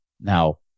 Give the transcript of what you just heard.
Now